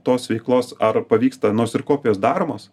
tos veiklos ar pavyksta nors ir kokios daromos